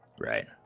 Right